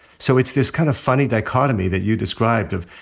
so it's this kind of funny dichotomy that you described of,